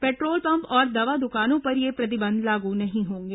petrol pump और दवा दुकानों पर प्रतिबंध लागू नहीं होंगे